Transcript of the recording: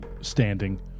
standing